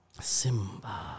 Simba